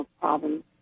problems